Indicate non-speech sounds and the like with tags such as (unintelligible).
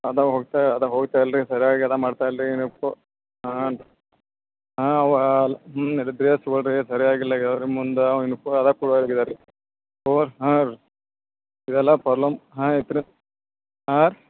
ಅದ ಹೋಗ್ತಾ ಅದ ಹೋಗ್ತಾ ಇಲ್ರಿ ಸರ್ಯಾಗಿ ಅದು ಮಾಡ್ತಾ ಇಲ್ರಿ (unintelligible) ಹಾಂ ರೀ ಹಾಂ ಅವಾಲ ಹ್ಞೂ (unintelligible) ಸರಿಯಾಗಿ ಇಲ್ಲ (unintelligible) ಮುಂದ (unintelligible) ಹಾಂ ರೀ ಇದೆಲ್ಲ ಪ್ರಾಬ್ಲಮ್ ಹಾಂ ಇತ್ರಿ ಹಾಂ ರೀ